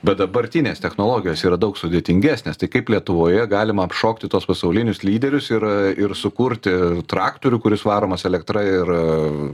bet dabartinės technologijos yra daug sudėtingesnės tai kaip lietuvoje galim apšokti tuos pasaulinius lyderius ir ir sukurti traktorių kuris varomas elektra ir